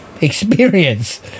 experience